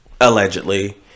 allegedly